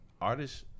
artists